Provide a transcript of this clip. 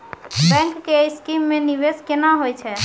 Bank के scheme मे निवेश केना होय छै?